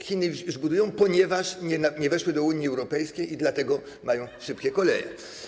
Chiny już budują, ponieważ nie weszły do Unii Europejskiej i dlatego mają szybkie koleje.